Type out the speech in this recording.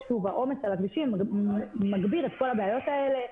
שוב, העומס על הכבישים מגביר את כל הבעיות האלה.